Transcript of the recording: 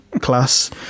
class